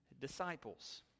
disciples